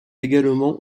également